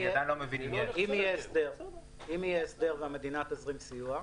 אם יהיה הסדר והמדינה תזרים סיוע,